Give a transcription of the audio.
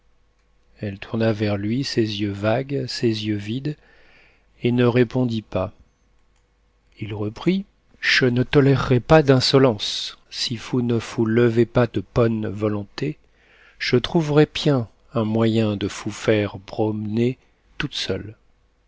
elle tourna vers lui ses yeux vagues ses yeux vides et ne répondit pas il reprit che ne tolérerai bas d'insolence si fous ne fous levez bas de ponne volonté che trouverai pien un moyen de fous faire bromener tout seule